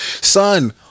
Son